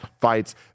fights